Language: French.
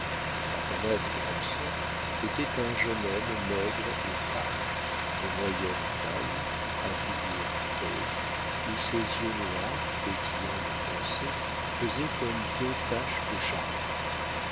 athanase granson était un jeune homme maigre et pâle de moyenne taille à figure creuse où ses yeux noirs pétillants de pensée faisaient comme deux taches de charbon